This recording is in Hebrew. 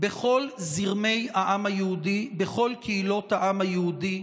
בכל זרמי העם היהודי, בכל קהילות העם היהודי,